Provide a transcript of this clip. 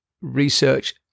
research